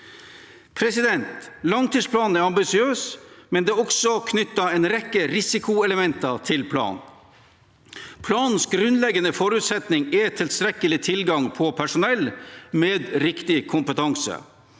den gang. Langtidsplanen er ambisiøs, men det er også knyttet en rekke risikoelementer til planen. Planens grunnleggende forutsetning er tilstrekkelig tilgang på personell med riktig kompetanse.